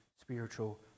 spiritual